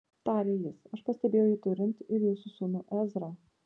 tarė jis aš pastebėjau jį turint ir jūsų sūnų ezrą